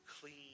clean